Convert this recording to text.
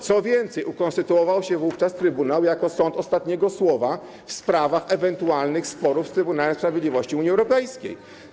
Co więcej, trybunał ukonstytuował się wówczas jako sąd ostatniego słowa w sprawach ewentualnych sporów z Trybunałem Sprawiedliwości Unii Europejskiej.